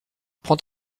prends